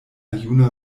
juna